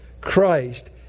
Christ